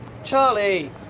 Charlie